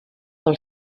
pel